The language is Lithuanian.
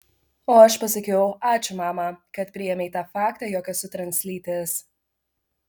o aš pasakiau ačiū mama kad priėmei tą faktą jog esu translytis